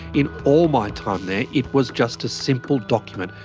in all my time there it was just a simple document.